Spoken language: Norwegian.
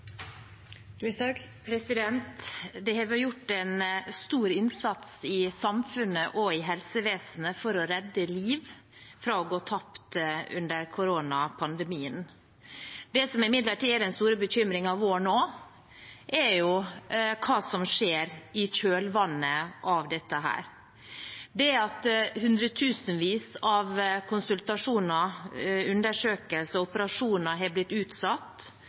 Det har vært gjort en stor innsats i samfunnet og i helsevesenet for å redde liv fra å gå tapt under koronapandemien. Det som imidlertid er den store bekymringen vår nå, er hva som skjer i kjølvannet av dette. Det at hundretusenvis av konsultasjoner, undersøkelser og operasjoner har blitt utsatt,